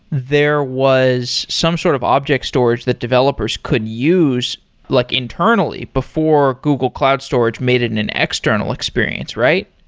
there was some sort of object storage that developers could use like internally before google cloud storage made it an an external experience, right?